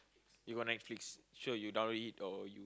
even Netflix sure you download it or you